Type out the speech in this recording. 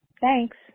Thanks